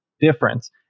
difference